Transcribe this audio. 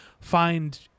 find